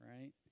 right